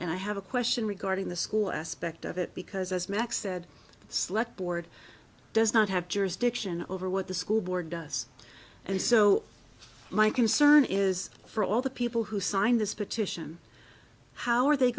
and i have a question regarding the school aspect of it because as max said select board does not have jurisdiction over what the school board does and so my concern is for all the people who signed this petition how are they